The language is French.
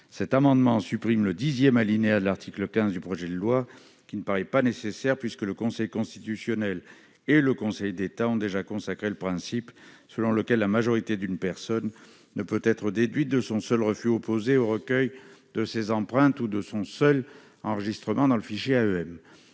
Cet amendement supprime le dixième alinéa de l'article 15 du projet de loi, qui ne paraît pas nécessaire puisque le Conseil constitutionnel et le Conseil d'État ont déjà consacré le principe selon lequel la majorité d'une personne ne peut être déduite de son seul refus opposé au recueil de ses empreintes ou de son seul enregistrement dans le fichier AEM.